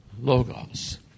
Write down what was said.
logos